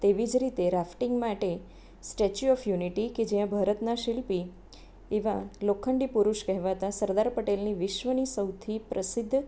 એવી જ રીતે રાફટિંગ માટે સ્ટેચ્યૂ ઓફ યુનિટી કે જ્યાં ભારતમાં શિલ્પી એવા લોખંડી પુરુષ કહેવાતા સરદાર પટેલની વિશ્વની સૌથી પ્રસિધ્ધ